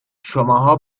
شماها